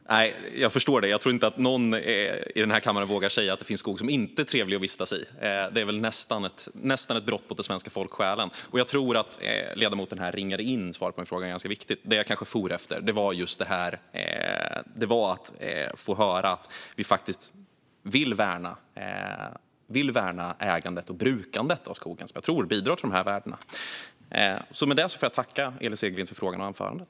Fru talman! Jag förstår det. Jag tror inte att någon i den här kammaren vågar säga att det finns skog som inte är trevlig att vistas i. Det vore väl nästan ett brott mot den svenska folksjälen. Jag tror att ledamoten ringade in det viktigaste i min fråga. Det jag for efter var just det här - att få höra att man vill värna ägandet och brukandet av skogen, som jag tror bidrar till dessa värden. Med det får jag tacka Elin Segerlind för svaret på frågan och för anförandet.